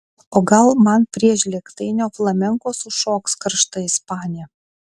o gal man prie žlėgtainio flamenko sušoks karšta ispanė